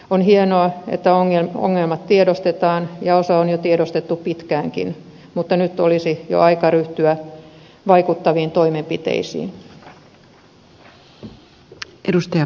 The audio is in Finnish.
on hienoa että ongelmat tiedostetaan ja osa on jo tiedostettu pitkäänkin mutta nyt olisi jo aika ryhtyä vaikuttaviin toimenpiteisiin